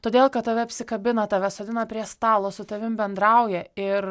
todėl kad tave apsikabina tave sodina prie stalo su tavim bendrauja ir